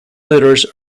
mirrors